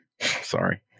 sorry